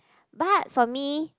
but for me